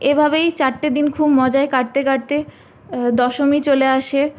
এভাবেই চারটে দিন খুব মজায় কাটতে কাটতে দশমী চলে আসে